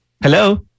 Hello